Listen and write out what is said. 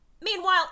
Meanwhile